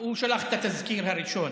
הוא שלח את התזכיר הראשון.